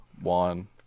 one